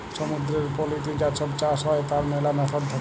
সমুদ্দুরের পলিতে যা ছব চাষ হ্যয় তার ম্যালা ম্যাথড থ্যাকে